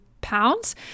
pounds